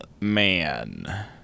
Man